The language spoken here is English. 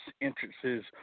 entrances